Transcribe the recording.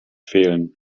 fehlen